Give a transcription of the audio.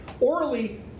Orally